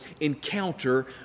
encounter